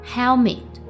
Helmet